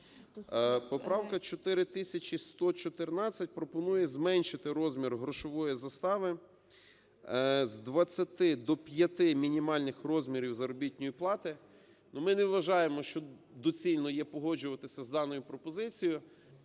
Поправка 4114 пропонує зменшити розмір грошової застави з 20 до 5 мінімальних розмірів заробітної плати. Ну, ми не вважаємо, що доцільно є погоджуватися з даною пропозицією.